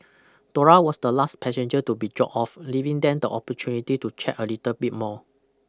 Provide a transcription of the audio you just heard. Dora was the last passenger to be dropped off leaving them the opportunity to chat a little bit more